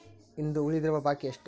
ಇಂದು ಉಳಿದಿರುವ ಬಾಕಿ ಎಷ್ಟು?